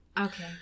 Okay